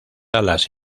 alas